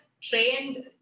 trained